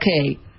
Okay